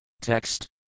Text